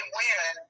win